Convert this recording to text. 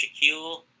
Shaquille